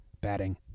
batting